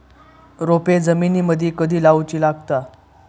रोपे जमिनीमदि कधी लाऊची लागता?